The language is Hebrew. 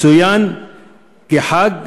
צוין כחג,